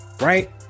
right